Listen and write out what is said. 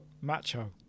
Macho